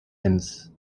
inns